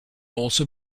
also